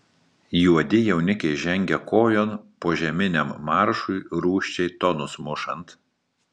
juodi jaunikiai žengia kojon požeminiam maršui rūsčiai tonus mušant